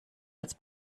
als